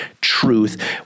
truth